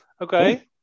okay